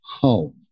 home